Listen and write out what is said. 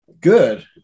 Good